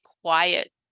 quiet